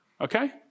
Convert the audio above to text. okay